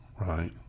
right